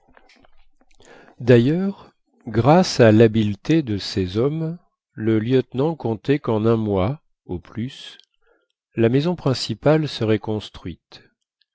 d'ailleurs grâce à l'habileté de ses hommes le lieutenant comptait qu'en un mois au plus la maison principale serait construite